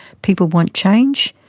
people want change,